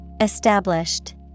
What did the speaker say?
Established